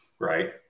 Right